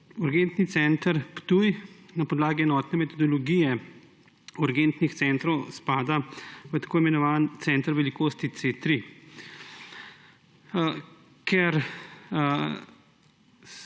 Urgentni center Ptuj na podlagi enotne metodologije urgentnih centrov spada med tako imenovane centre velikosti C3. Kot